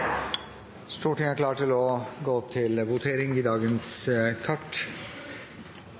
Stortinget er klar til å gå til votering i sakene på dagens kart.